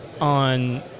on